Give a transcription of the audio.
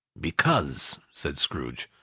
because, said scrooge,